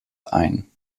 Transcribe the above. ein